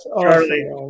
Charlie